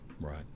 Right